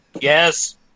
Yes